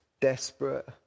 Desperate